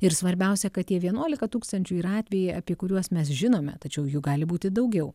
ir svarbiausia kad tie vienuolika tūkstančių yra atvejai apie kuriuos mes žinome tačiau jų gali būti daugiau